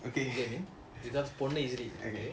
you get what I mean it gets பொண்ணு:ponnu easily